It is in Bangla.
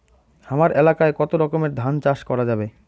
হামার এলাকায় কতো রকমের ধান চাষ করা যাবে?